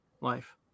life